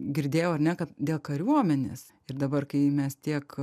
girdėjau ar ne kad dėl kariuomenės ir dabar kai mes tiek